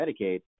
Medicaid